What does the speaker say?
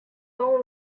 long